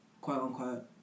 quote-unquote